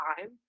time